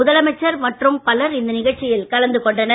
முதலமைச்சர் மற்றும் பலர் இந்நிகழ்ச்சியில் கலந்து கொண்டனர்